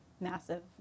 massive